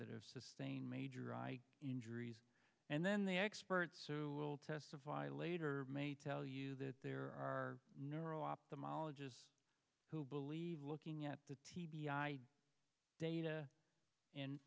that have sustained major eye injuries and then the experts who will testify later may tell you that there are narrow ophthalmologist who believe looking at the t b i data in